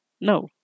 No